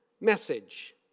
message